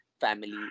family